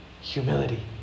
humility